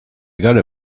gotta